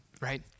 right